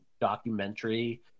documentary